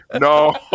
No